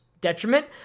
detriment